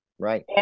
right